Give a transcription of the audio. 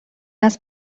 است